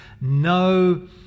no